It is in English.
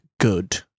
good